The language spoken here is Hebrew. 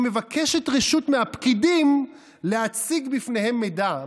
היא מבקשת רשות מהפקידים להציג בפניהם מידע.